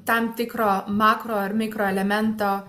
tam tikro makro ar mikroelemento